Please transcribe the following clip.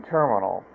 Terminal